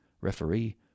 referee